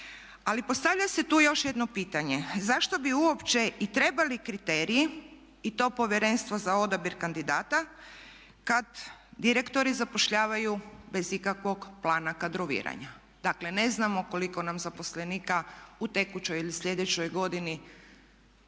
Ali postavlja se tu još jedno pitanje zašto bi uopće i trebali kriteriji i to povjerenstvo za odabir kandidata kada direktori zapošljavanju bez ikakvog plana kadroviranja. Dakle ne znamo koliko nam zaposlenika u tekućoj ili sljedećoj godini